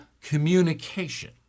communication